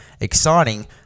exciting